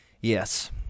Yes